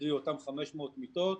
קרי אותן 500 מיטות,